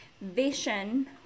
vision